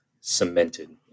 cemented